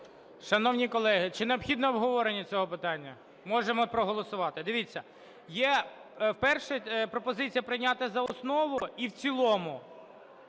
Шановні колеги, чи необхідно обговорення цього питання? Можемо проголосувати. Дивіться, є перша пропозиція - прийняти за основу і в цілому.